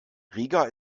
riga